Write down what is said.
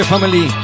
family